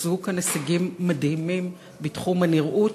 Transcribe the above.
הושגו כאן הישגים מדהימים בתחום הנראות,